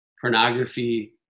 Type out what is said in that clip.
pornography